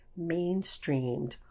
mainstreamed